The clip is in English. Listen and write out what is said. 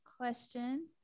question